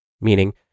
meaning